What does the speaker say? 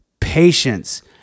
patience